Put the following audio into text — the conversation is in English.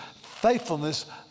faithfulness